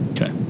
okay